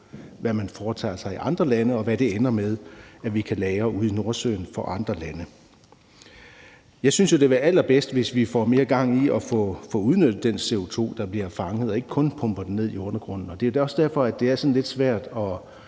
hvad man foretager sig i andre lande, og hvad det ender med, at vi kan lagre ude i Nordsøen for andre lande. Jeg synes jo, det vil være allerbedst, hvis vi får mere gang i at få udnyttet den CO2, der bliver fanget, og ikke kun pumper den ned i undergrunden. Det er da også derfor, at det er lidt svært at